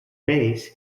base